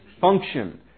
Function